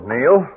Neil